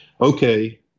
Okay